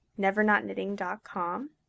nevernotknitting.com